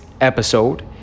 episode